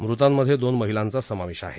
मृतांमध्ये दोन महिलांचा समावेश आहे